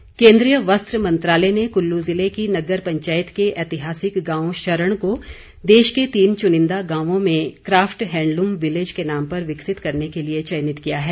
handloom craft केन्द्रीय वस्त्र मंत्रालय ने कुल्लू ज़िले की नग्गर पंचायत के ऐतिहासिक गांव शरण को देश के तीन चुनिंदा गांवों में काफ्ट हैंडलूम विलेज के नाम पर विकसित करने के लिए चयनित किया है